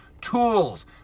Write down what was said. tools